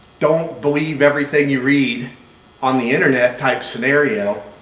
don't believe everything you read on the internet type scenario.